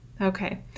okay